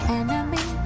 enemy